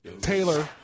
Taylor